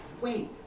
wait